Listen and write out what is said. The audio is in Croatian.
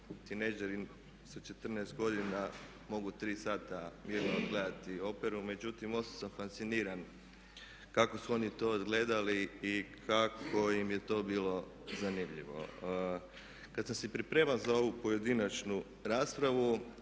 tinejdžeri sa 14 godina mogu tri sata mirno odgledati operu. Međutim, ostao sam fasciniran kako su oni to odgledali i kako im je to bilo zanimljivo. Kad sam se pripremao za ovu pojedinačnu raspravu